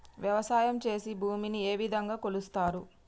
వ్యవసాయం చేసి భూమిని ఏ విధంగా కొలుస్తారు?